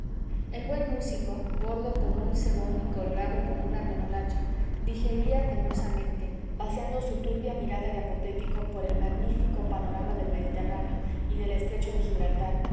el buen músico gordo como un cebón y colorado como una remolacha digería penosamente paseando su turbia mirada de apoplético por el magnífico panorama del mediterráneo y del estrecho de gibraltar